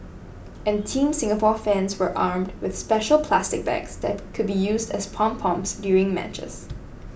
and Team Singapore fans were armed with special plastic bags that could be used as pom poms during matches